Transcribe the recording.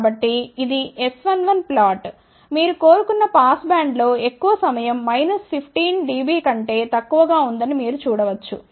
కాబట్టి ఇది S11 plot మీరు కోరు కున్న పాస్బ్యాండ్లో ఎక్కువ సమయం మైనస్ 15 డిబి కంటే తక్కువగా ఉందని మీరు చూడ వచ్చు